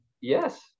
Yes